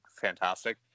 fantastic